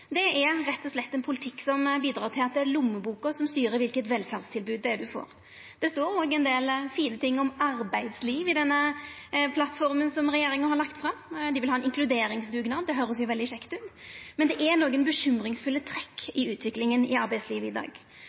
handlar om, rett og slett bidreg til at det er lommeboka som styrer kva slags velferdstilbod ein får. Det står òg ein del fine ting om arbeidsliv i denne plattforma som regjeringa har lagt fram. Dei vil ha ein inkluderingsdugnad, og det høyrest jo veldig kjekt ut. Men det er nokre urovekkjande trekk i utviklinga i arbeidslivet i dag.